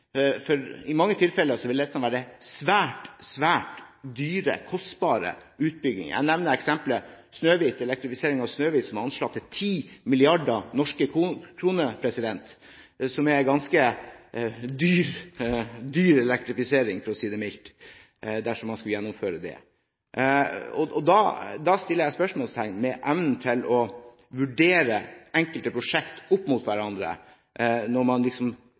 for i mange tilfeller ville dette vært svært, svært dyre – kostbare – utbygginger. Jeg nevner eksempelet Snøhvit – elektrifiseringen av Snøhvit – som er anslått til 10 mrd. norske kroner. Det er en ganske dyr elektrifisering, for å si det mildt, dersom man skulle gjennomføre det. Da setter jeg spørsmålstegn ved evnen til å vurdere enkelte prosjekter opp mot hverandre, når man